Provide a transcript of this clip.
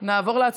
לסדר-היום